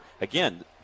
again